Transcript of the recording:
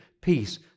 peace